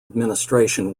administration